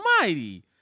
almighty